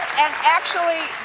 and actually,